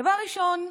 דבר ראשון,